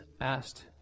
asked